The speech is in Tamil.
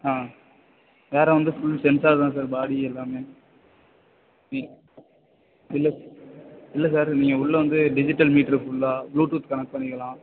ஆ வேறு வந்து ஃபுல் சென்சார் தான் சார் பாடி எல்லாமே ம் இல்லை இல்லை சார் நீங்கள் உள்ளே வந்து டிஜிட்டல் மீட்டரு ஃபுல்லாக புளூ டூத் கனெக்ட் பண்ணிக்கலாம்